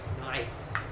Nice